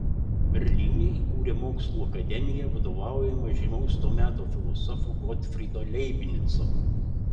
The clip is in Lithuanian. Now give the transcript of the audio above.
berlyne įkūrė mokslų akademiją vadovaujamą žymaus to meto filosofo gotfrydo leibnico